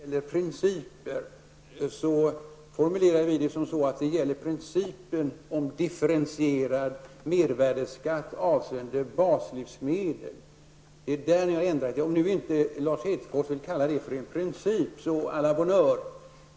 Herr talman! Den princip som vi syftar på är principen om differentierad mervärdeskatt avseende baslivsmedel, och på den punkten har ni ändrat er. Om nu Lars Hedfors inte vill kalla det för en principiell ändring, så à la bonne heure.